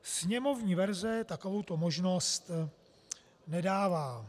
Sněmovní verze takovouto možnost nedává.